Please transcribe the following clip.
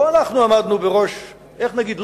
לא אנחנו עמדנו בראש, איך נגיד?